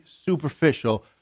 superficial